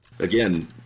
Again